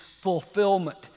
fulfillment